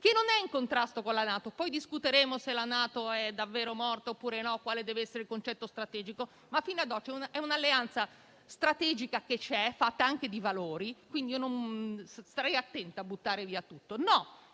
che non è in contrasto con la NATO. Poi discuteremo se la NATO è davvero morta oppure no e quale deve essere il concetto strategico. Ma fino ad ora rappresenta un'alleanza strategica fatta anche di valori, quindi starei attenta a buttare via tutto.